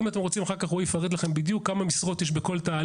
זה קיץ.